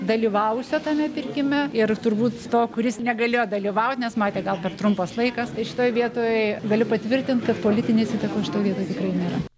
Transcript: dalyvavusio tame pirkime ir turbūt to kuris negalėjo dalyvauti nes matė gal per trumpas laikas tai šitoj vietoj galiu patvirtinti kad politinės įtakos šitoj vietoj tikrai nėra